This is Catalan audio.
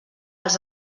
els